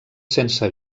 sense